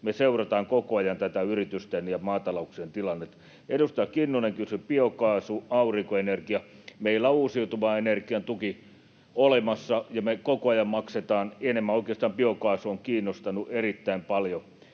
Me seurataan koko ajan yritysten ja maatalouksien tilannetta. Edustaja Kinnunen kysyi biokaasusta ja aurinkoenergiasta: Meillä on uusiutuvan energian tuki olemassa, jota me koko ajan maksetaan enemmän. Oikeastaan biokaasu on kiinnostanut erittäin paljon